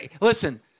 Listen